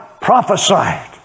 prophesied